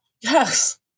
Yes